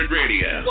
radio